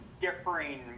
differing –